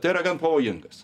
tai yra gan pavojingas